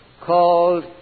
called